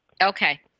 Okay